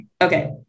Okay